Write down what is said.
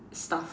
stuff